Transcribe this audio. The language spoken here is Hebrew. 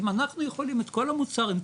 אם אנחנו יכולים את כל המוצרים,